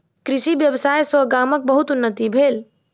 कृषि व्यवसाय सॅ गामक बहुत उन्नति भेल